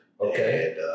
Okay